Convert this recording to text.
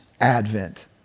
Advent